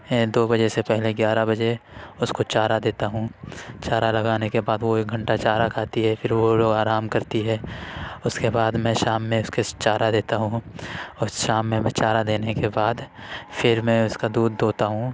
دو بجے سے پہلے گیارہ بجے اس کو چارہ دیتا ہوں چارہ لگانے کے بعد وہ ایک گھنٹہ چارہ کھاتی ہے پھر وہ لوگ آرام کرتی ہے اس کے بعد میں شام میں اس کے چارہ دیتا ہوں اور شام میں میں چارہ دینے کے بعد پھر میں اس کا دودھ دوہتا ہوں